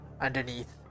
underneath